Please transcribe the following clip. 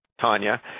Tanya